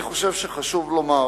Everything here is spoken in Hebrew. אני חושב שחשוב לומר,